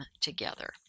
together